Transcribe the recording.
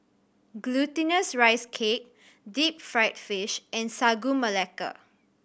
Glutinous Rice Cake deep fried fish and Sagu Melaka